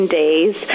days